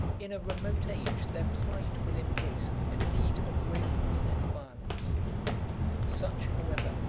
in a remote age their pride will embrace a deed of rapine and violence such, however,